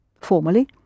formally